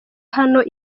hano